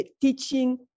teaching